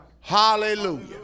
Hallelujah